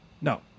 No